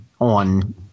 on